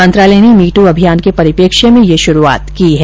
मंत्रालय ने मी ट्र अभियान के परिप्रेक्ष्य में यह शुरूआत की है